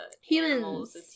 humans